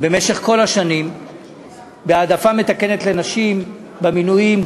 במשך כל השנים בהעדפה מתקנת לנשים במינויים,